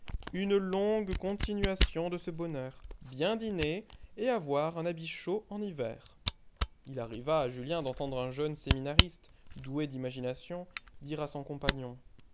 une longue continuation de ce bonheur bien dîner et avoir un habit chaud en hiver il arriva à julien d'entendre un jeune séminariste doué d'imagination dire à son compagnon